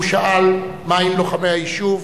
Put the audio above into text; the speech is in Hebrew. הוא שאל מה עם לוחמי היישוב.